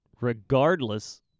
regardless